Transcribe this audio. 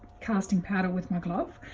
casting powder with my glove.